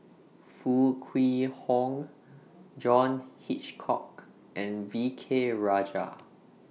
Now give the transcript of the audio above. Foo Kwee Horng John Hitchcock and V K Rajah